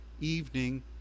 evening